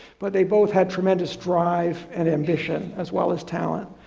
but they both had tremendous drive and ambition as well as talent.